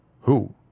Who